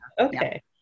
Okay